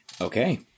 okay